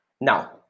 Now